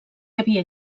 havia